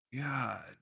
God